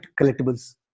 collectibles